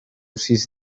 sis